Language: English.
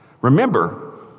Remember